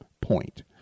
point